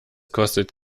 kostet